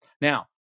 Now